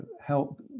help